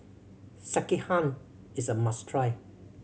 sekihan is a must try